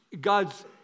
God's